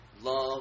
Love